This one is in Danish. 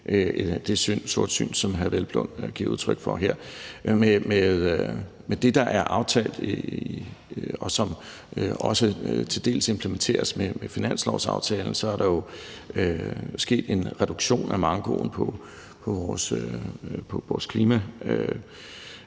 genkende det sortsyn, som hr. Peder Hvelplund giver udtryk for her. Med det, der er aftalt, og som også til dels implementeres med finanslovsaftalen, er der jo sket en reduktion af mankoen i forhold